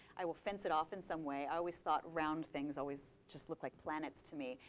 i will fence it off in some way. i always thought round things always just look like planets to me.